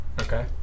Okay